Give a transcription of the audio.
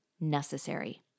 necessary